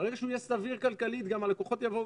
ברגע שהוא יהיה סביר כלכלית גם הלקוחות יבואו